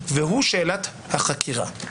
והוא שאלת החקירה.